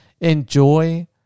enjoy